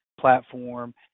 platform